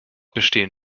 bestehen